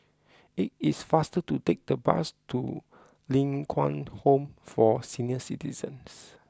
it is faster to take the bus to Ling Kwang Home for Senior Citizens